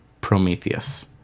Prometheus